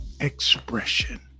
expression